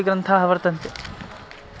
कादम्बरी इत्यादिग्रन्थाः वर्तन्ते